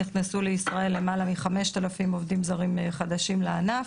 נכנסו לישראל למעלה מ-5,000 עובדים זרים חדשים לענף.